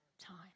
time